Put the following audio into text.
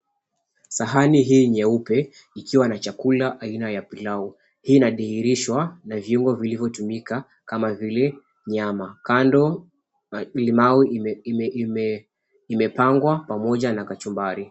Sahani hii nyeupe ikiwa na chakula aina ya pilau. Hii inadhihirishwa na viungo vilivyotumika kama vile nyama. Kando limau imepangwa pamoja na kachumbari.